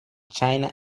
china